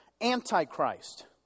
Antichrist